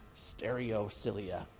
stereocilia